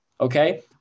okay